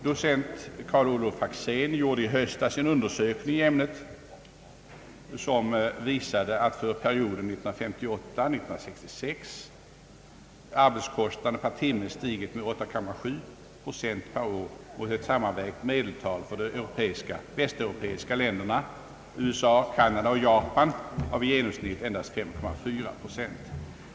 Docent Karl-Olof Faxén gjorde i höstas en undersökning i ämnet, vilken visade att för perioden 1958—1966 arbetskostnaden per timme stigit med 8,7 procent per år mot ett medeltal för de västeuropeiska länderna samt USA, Kanada och Japan av i genomsnitt endast 5,4 procent.